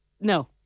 No